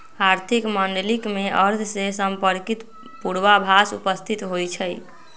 आर्थिक मॉडलिंग में अर्थ से संपर्कित पूर्वाभास उपस्थित होइ छइ